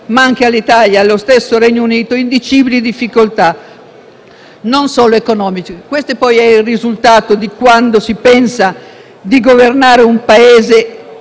ma anche all'Italia e allo stesso Regno Unito, indicibili difficoltà, non solo economiche. Questo è il risultato di quando si pensa di governare un Paese